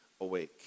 awake